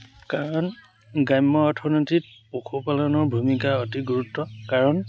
কাৰণ গ্ৰাম্য অৰ্থনীতিত পশুপালনৰ ভূমিকা অতি গুৰুত্ব কাৰণ